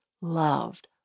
loved